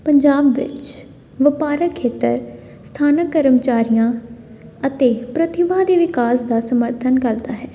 ਪੰਜਾਬ ਵਿੱਚ ਵਪਾਰਕ ਖੇਤਰ ਸਥਾਨਕ ਕਰਮਚਾਰੀਆਂ ਅਤੇ ਪ੍ਰਤਿਭਾ ਦੇ ਵਿਕਾਸ ਦਾ ਸਮਰਥਨ ਕਰਦਾ ਹੈ